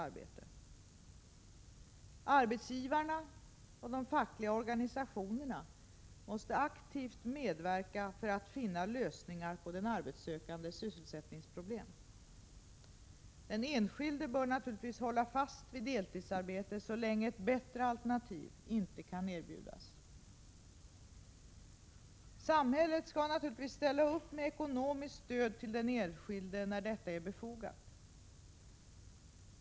Arbetsgivarna och de fackliga organisationerna måste aktivt medverka för att finna lösningar på den arbetssökandes sysselsättningsproblem. Den enskilde bör naturligtvis hålla fast vid deltidsarbetet så länge ett bättre alternativ inte kan erbjudas. Samhället skall naturligtvis ställa upp med ekonomiskt stöd till den enskilde när detta är befogat.